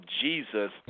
Jesus